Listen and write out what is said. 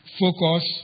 focus